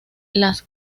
las